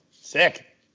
sick